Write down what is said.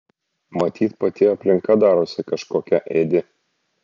matyt pati aplinka darosi kažkokia ėdi